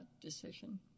decision